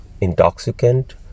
intoxicant